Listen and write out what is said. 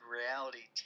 reality